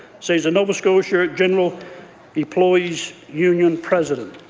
says the nova scotia general employees union president.